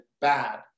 bad